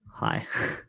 hi